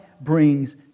brings